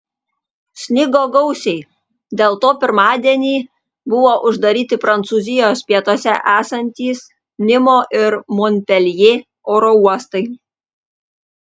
snigo gausiai dėl to pirmadienį buvo uždaryti prancūzijos pietuose esantys nimo ir monpeljė oro uostai